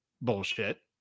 bullshit